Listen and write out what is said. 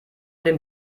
den